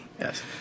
yes